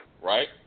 right